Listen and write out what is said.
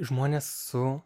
žmonės su